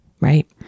Right